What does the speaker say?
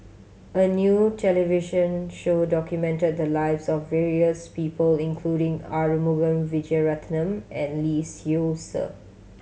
a new television show documented the lives of various people including Arumugam Vijiaratnam and Lee Seow Ser